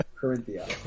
Corinthia